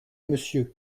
monsieur